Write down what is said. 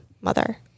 mother